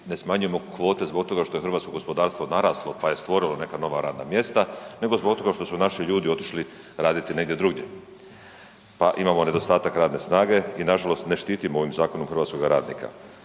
ne smanjujemo kvote zbog toga što je hrvatsko gospodarstvo naraslo pa je stvorilo neka nova radna mjesta nego zbog toga što su naši ljudi otišli raditi negdje drugdje pa imamo nedostatak radne snage i nažalost ne štitimo ovim zakonom hrvatskoga radnika.